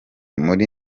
muri